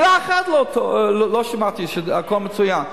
מלה אחת לא שמעתי, שהכול מצוין.